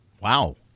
Wow